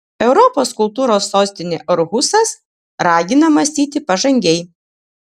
europos kultūros sostinė orhusas ragina mąstyti pažangiai